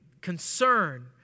concern